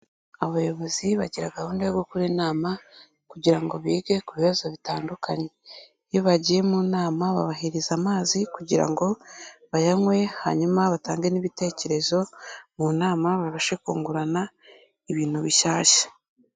Abayobozi bagira gahunda yo gukora inama kugira ngo bige ku bibazo bitandukanye, iyo bagiye mu nama babahereza amazi kugira ngo bayanywe hanyuma batange n'ibitekerezo mu nama babashe kungurana ibintu bishyashya.